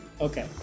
Okay